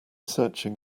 searching